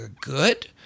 Good